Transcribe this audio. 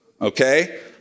Okay